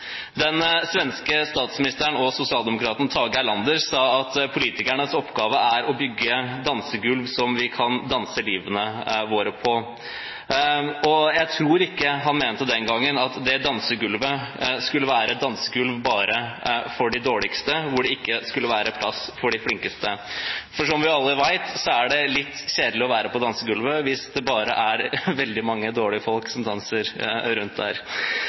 Den tidligere svenske statsministeren og sosialdemokraten Tage Erlander sa at politikernes oppgave er å bygge dansegulv som vi kan danse livene våre på. Jeg tror ikke han den gang mente at det dansegulvet skulle være et dansegulv bare for de dårligste, hvor det ikke skulle være plass for de flinkeste. For – som vi alle vet – det er litt kjedelig å være på dansegulvet hvis det bare er folk som danser dårlig der.